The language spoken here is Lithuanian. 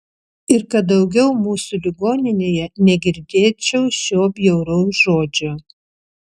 ir kad daugiau mūsų ligoninėje negirdėčiau šio bjauraus žodžio